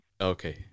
Okay